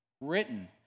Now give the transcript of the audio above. written